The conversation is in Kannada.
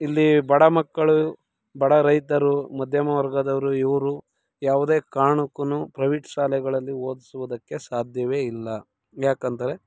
ಇಲ್ಲಿ ಬಡಮಕ್ಕಳು ಬಡ ರೈತರು ಮಧ್ಯಮ ವರ್ಗದವರು ಇವರು ಯಾವುದೇ ಕಾರಣಕ್ಕೂ ಪ್ರೈವೇಟ್ ಶಾಲೆಗಳಲ್ಲಿ ಓದಿಸುವುದಕ್ಕೆ ಸಾಧ್ಯವೇ ಇಲ್ಲ ಯಾಕಂದರೆ